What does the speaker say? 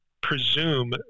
presume